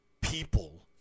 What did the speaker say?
people